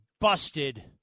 busted